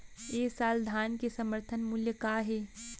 ए साल धान के समर्थन मूल्य का हे?